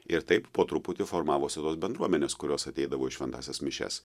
ir taip po truputį formavosi tos bendruomenės kurios ateidavo į šventąsias mišias